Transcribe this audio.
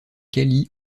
cali